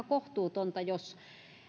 kohtuutonta jos